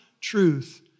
truth